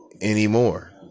anymore